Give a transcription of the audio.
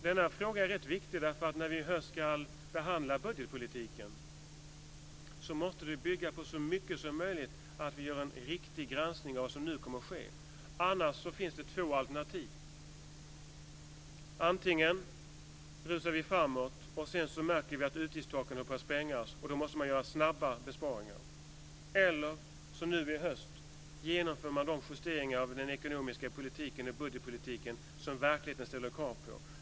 Denna fråga är rätt viktig, för när vi i höst ska behandla budgetpolitiken måste det så mycket som möjligt bygga på att vi gör en riktig granskning av vad som nu kommer att ske. Annars finns det två alternativ. Antingen rusar vi framåt och märker efteråt att utgiftstaken håller på att sprängas, så att vi måste göra snabba besparingar. Eller så genomför man, som nu i höst, de justeringar i den ekonomiska politiken och i budgetpolitiken som verkligheten ställer krav på.